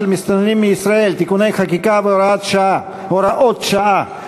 מסתננים מישראל (תיקוני חקיקה והוראות שעה),